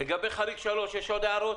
לגבי חריג 3 יש עוד הערות?